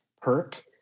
perk